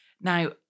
Now